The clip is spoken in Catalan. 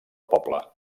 poble